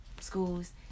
schools